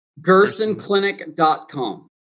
gersonclinic.com